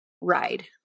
ride